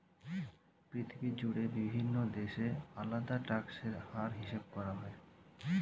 পৃথিবী জুড়ে বিভিন্ন দেশে আলাদা ট্যাক্স এর হার হিসাব করা হয়